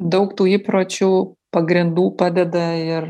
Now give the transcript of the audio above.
daug tų įpročių pagrindų padeda ir